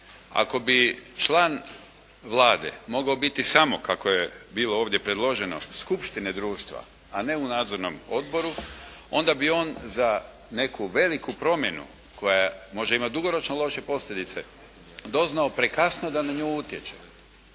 ako bi član Vlade mogao biti samo kako je bilo ovdje predloženo skupštine društva, a ne u nadzornom odboru onda bi on za neku veliku promjena koja možda ima dugoročno loše posljedice doznao prekasno da na nju utječe.